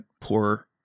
poor